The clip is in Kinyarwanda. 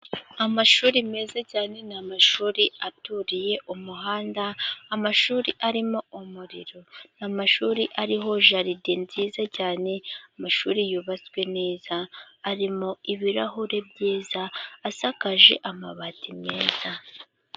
Amashuri meza cyane, n'amashuri aturiye umuhanda, amashuri arimo umuriro, ni amashuri ariho jaride nziza cyane, amashuri yubatswe neza arimo ibirahuri byiza, asakaje amabati meza.